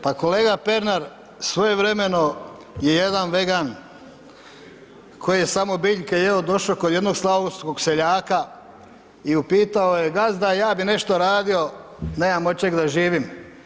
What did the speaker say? Pa kolega Pernar svojevremeno je jedan vegan koji je samo biljke jeo došao kod jednog slavonskog seljaka i upitao je, gazda, ja bih nešto radio, nemam od čega da živim.